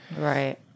Right